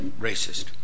racist